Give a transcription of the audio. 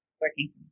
working